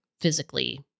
physically